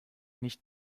nicht